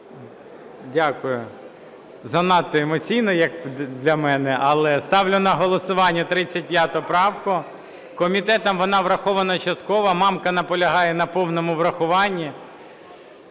Дякую. Занадто емоційно, як для мене. Але ставлю на голосування 35 правку. Комітетом вона врахована частково. Мамка наполягає на повному врахуванні.